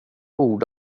ord